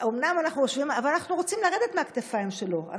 אבל אנחנו רוצים לרדת מהכתפיים שלו.